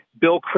Bill